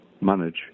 manage